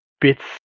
bits